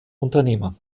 unternehmer